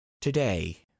Today